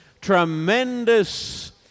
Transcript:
tremendous